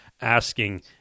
asking